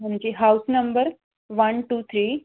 ਹਾਂਜੀ house number one two three